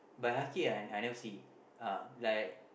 bihaki I I never see uh like